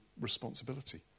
responsibility